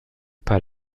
pas